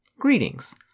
Greetings